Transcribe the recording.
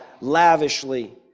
lavishly